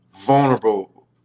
vulnerable